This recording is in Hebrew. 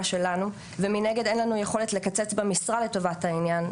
שלנו ומנגד אין לנו יכולת לקצץ במשרה לטובת העניין,